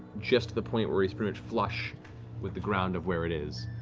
just to the point where he's pretty much flush with the ground of where it is.